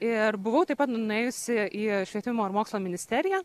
ir buvau taip pat nuėjusi į švietimo ir mokslo ministeriją